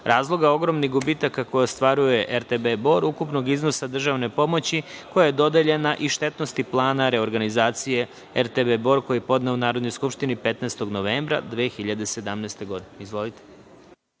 razloga ogromnih gubitaka koje ostvaruje RTB Bor, ukupnog iznosa državne pomoći koja je dodeljena i štetnosti plana reorganizacije RTB Bor, koji je podneo Narodnoj skupštini 15. novembra 2017. godine. Izvolite.